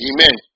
Amen